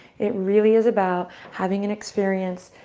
it really is about having an experience,